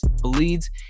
bleeds